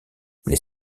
les